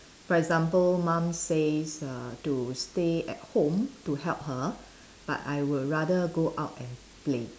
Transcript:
for example mum says uh to stay at home to help her but I would rather go out and play